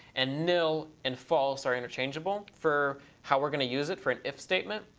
and nil and false are interchangeable for how we're going to use it, for an if statement.